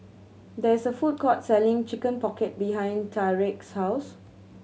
there is a food court selling Chicken Pocket behind Tarik's house